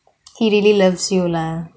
he really loves you lah